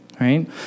right